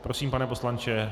Prosím, pane poslanče.